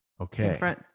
Okay